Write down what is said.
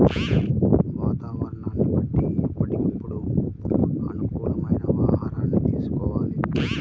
వాతావరణాన్ని బట్టి ఎప్పటికప్పుడు అనుకూలమైన ఆహారాన్ని తీసుకోవాలి